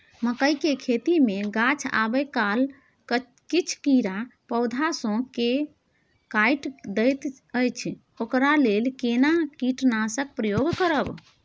मकई के खेती मे गाछ आबै काल किछ कीरा पौधा स के काइट दैत अछि ओकरा लेल केना कीटनासक प्रयोग करब?